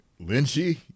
Lynchy